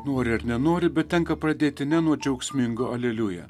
nori ar nenori bet tenka pradėti ne nuo džiaugsmingo aleliuja